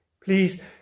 Please